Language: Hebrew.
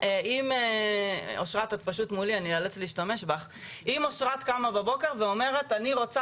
אם אושרת לדוגמא קמה בבוקר ואומרת אני רוצה